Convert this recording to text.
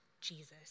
Jesus